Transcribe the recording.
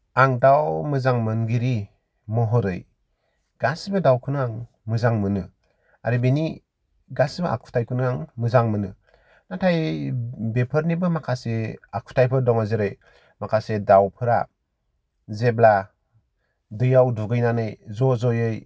आं दाउ मोजां मोनगिरि महरै गासैबो दाउखोनो आं मोजां मोनो आरो बेनि गासैबो आखुथाइखौनो आं मोजां मोनो नाथाय बेफोरनिबो माखासे आखुथाइफोर दङ जेरै माखासे दाउफोरा जेब्ला दैयाव दुगैनानै ज' जयै